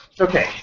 Okay